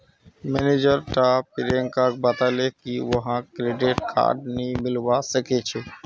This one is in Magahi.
मैनेजर टा प्रियंकाक बताले की वहाक क्रेडिट कार्ड नी मिलवा सखछे